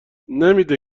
نمیده